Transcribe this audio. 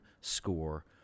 score